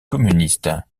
communistes